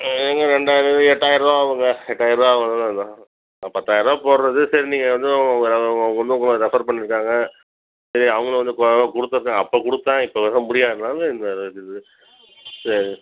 ஏங்க ரெண்டாயரூவா எட்டாயரூவா அவங்க எட்டாயரூவா ஆவும் பத்தாயரூவா போடுறது சரி நீங்கள் அதுவும் இன்னொருத்தங்க ரெஃப்பர் பண்ணிருக்காங்க சரி அவங்களுக்கும் வந்து கொடுத்துருக்கன் அப்போ கொடுத்தன் இப்போ முடியாது தாங்க இந்த இது சரி